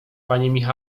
panie